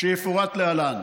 שיפורט להלן.